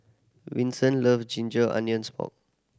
Vinson love ginger onions pork